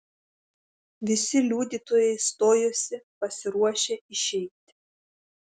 visi liudytojai stojosi pasiruošę išeiti